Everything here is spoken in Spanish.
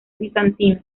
bizantino